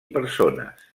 persones